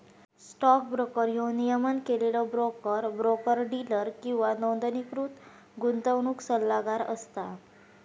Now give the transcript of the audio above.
stock broker ह्यो नियमन केलेलो ब्रोकर, ब्रोकर डीलर किंवा नोंदणीकृत गुंतवणूक सल्लागार असता